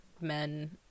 men